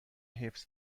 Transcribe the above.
حفظ